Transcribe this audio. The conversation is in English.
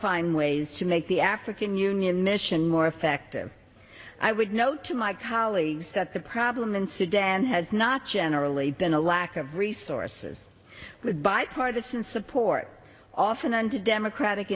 find ways to make the african union mission more effective i would note to my colleagues that the problem in sudan has not generally been a lack of resources with bipartisan support often under democratic